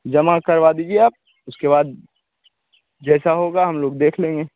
जमा करवा दीजिए आप उसके बाद जैसा होगा हम लोग देख लेंगे